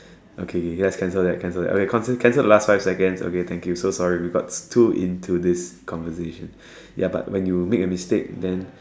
okay okay guys cancel that cancel that I mean okay cancel cancel the last five seconds okay thank you so sorry we got two into this conversation ya but when you make a mistake then